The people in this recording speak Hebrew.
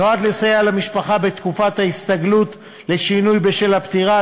והוא נועד לסייע למשפחה בתקופת ההסתגלות לשינוי בשל הפטירה,